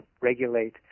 regulate